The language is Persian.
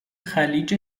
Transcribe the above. خلیج